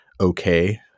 okay